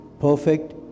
perfect